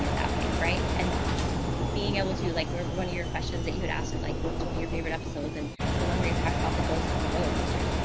that that way. right. and being able to, like one of your questions that you would ask is like, what's one of your favorite episodes and the one where you talked about the ghosts and the roller coasters.